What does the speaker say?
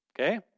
Okay